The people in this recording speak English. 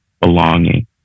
belonging